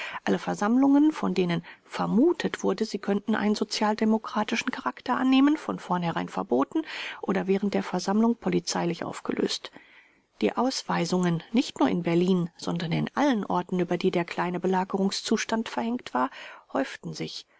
alle versammlungen von denen vermutet wurde sie könnten einen sozialdemokratischen charakter annehmen von vornherein verboten oder während der versammlung polizeilich aufgelöst die ausweisungen nicht nur in berlin sondern in allen orten über die der kleine belagerungszustand verhängt war häuften sich